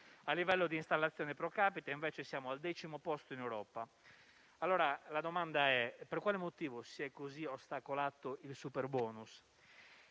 A livello di installazione *pro capite*, invece, siamo al decimo posto in Europa. La domanda, quindi, è per quale motivo si è così ostacolato il superbonus.